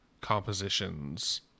compositions